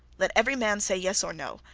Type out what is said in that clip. let every man say yes or no.